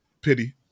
Pity